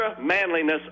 manliness